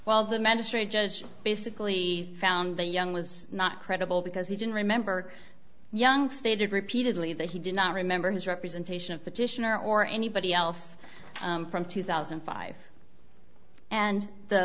while the magistrate judge basically found that young was not credible because he didn't remember young stated repeatedly that he did not remember his representation of petitioner or anybody else from two thousand and five and the